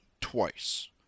twice